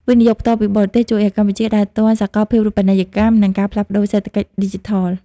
វិនិយោគផ្ទាល់ពីបរទេស ជួយឱ្យកម្ពុជាដើរទាន់សកលភាវូបនីយកម្ម និងការផ្លាស់ប្តូរសេដ្ឋកិច្ចឌីជីថល។